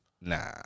Nah